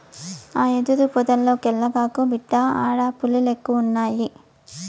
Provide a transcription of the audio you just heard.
ఆ యెదురు పొదల్లోకెల్లగాకు, బిడ్డా ఆడ పులిలెక్కువున్నయి